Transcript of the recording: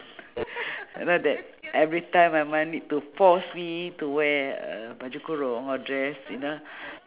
I know that everytime my mother need to force me to wear a baju kurung or dress you know